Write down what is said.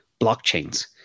blockchains